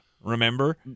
remember